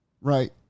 Right